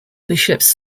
bishops